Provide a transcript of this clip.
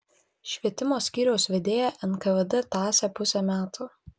švietimo skyriaus vedėją nkvd tąsė pusę metų